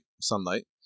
sunlight